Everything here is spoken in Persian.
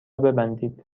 ببندید